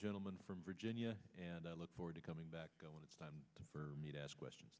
gentleman from virginia and i look forward to coming back to go when it's time for me to ask questions